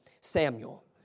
Samuel